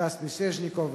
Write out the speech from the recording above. סטס מיסז'ניקוב,